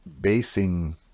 basing